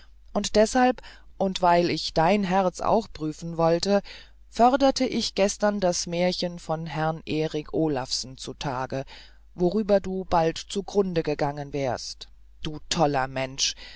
und deshalb und weil ich dein herz auch prüfen wollte förderte ich gestern das märchen mit herrn eric olawsen zutage worüber du bald zugrunde gegangen wärst du toller mensch